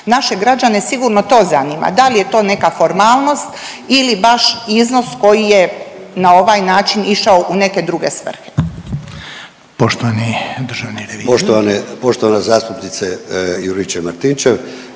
Naše građane sigurno to zanima, da li je to neka formalnost ili baš iznos koji je na ovaj način išao u neke druge svrhe?